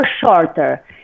shorter